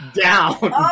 down